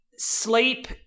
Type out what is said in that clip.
Sleep